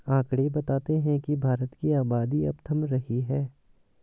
आकंड़े बताते हैं की भारत की आबादी अब थम रही है